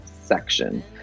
section